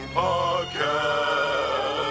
podcast